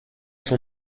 son